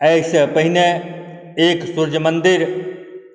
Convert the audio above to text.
एहिसँ पहिने एक सूर्य मन्दिर